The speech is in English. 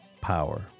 power